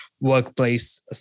workplace